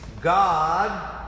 God